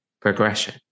progression